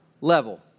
level